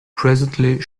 presently